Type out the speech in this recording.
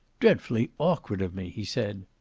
dreadfully awkward of me! he said.